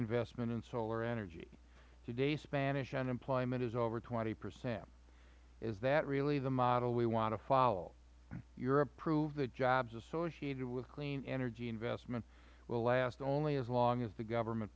investment in solar energy today spanish unemployment is over twenty percent is that really the model we want to follow europe proved that jobs associated with clean energy investment will last only as long as the government